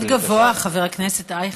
מאוד גבוה, חבר הכנסת אייכלר.